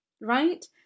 right